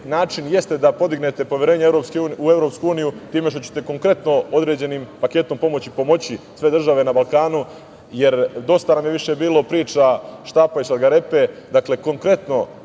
način da podignete poverenje u EU jeste time što ćete konkretno određenim paketom pomoći pomoći sve države na Balkanu, jer dosta nam je više bilo priča štapa i šargarepe. Dakle, konkretno